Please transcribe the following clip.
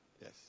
Yes